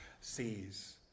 sees